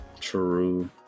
true